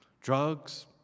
drugs